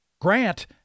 Grant